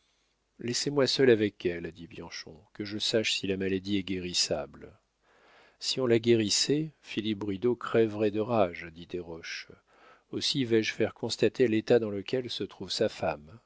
laissez-moi seul avec elle dit bianchon que je sache si la maladie est guérissable si on la guérissait philippe bridau crèverait de rage dit desroches aussi vais-je faire constater l'état dans lequel se trouve sa femme